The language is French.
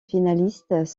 finalistes